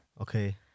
Okay